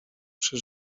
przy